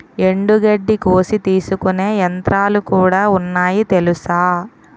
ఎండుగడ్డి కోసి తీసుకునే యంత్రాలుకూడా ఉన్నాయి తెలుసా?